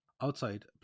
Outside